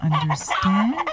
understand